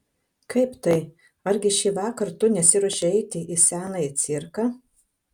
kaip tai argi šįvakar tu nesiruoši eiti į senąjį cirką